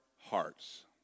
hearts